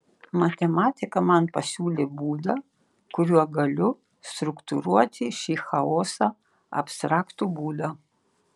matematika man pasiūlė būdą kuriuo galiu struktūruoti šį chaosą abstraktų būdą